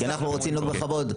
אנחנו רצינו בכבוד.